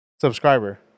Subscriber